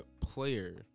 Player